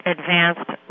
Advanced